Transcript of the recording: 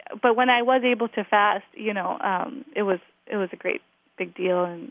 but when i was able to fast, you know um it was it was a great big deal. and